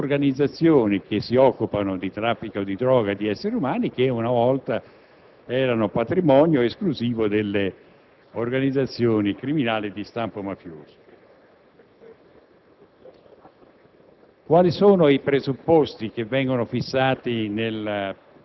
l'intenzione di perseguire una lotta efficace alle organizzazioni che si occupano di traffico di droga e di esseri umani, in passato patrimonio esclusivo delle organizzazioni criminali di stampo mafioso.